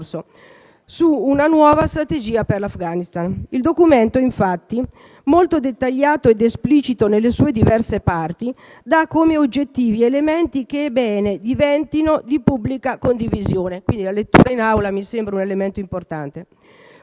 su una nuova strategia per l'Afghanistan. Il documento, infatti, molto dettagliato ed esplicito nelle sue diverse parti considera come oggettivi elementi che è bene diventino di pubblica condivisione. Quindi, la sua lettura in Aula mi sembra importante.